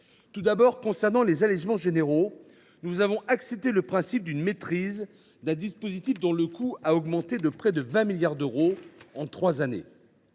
Tout d’abord, sur les allégements généraux, nous avons accepté le principe d’une maîtrise d’un dispositif dont le coût a augmenté de près de 20 milliards d’euros en trois années.